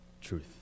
truth